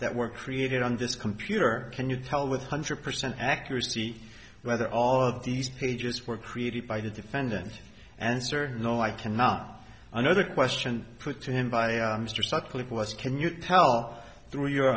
that were created on this computer can you tell with hundred percent accuracy whether all of these pages were created by the defendant answer no i cannot another question put to him by mr sutcliffe was commute tell through your